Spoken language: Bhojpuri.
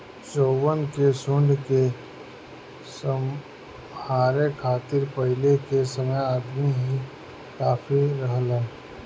चउवन के झुंड के सम्हारे खातिर पहिले के समय अदमी ही काफी रहलन